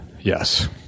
Yes